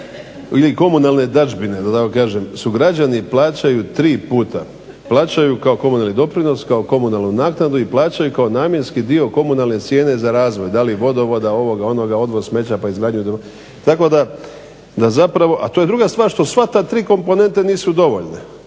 ili komunalne dadžbine da tako kažem su građani plaćaju tri puta, plaćaju kao komunalni doprinos, kao komunalnu naknadu i plaćaju kao namjenski dio komunalne cijene za razvoj, da li vodovoda, ovoga, onoga, odvoz smeća pa izgradnju, tako da zapravo, a to je druga stvar što sva ta tri komponente nisu dovoljne,